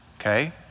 okay